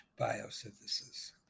biosynthesis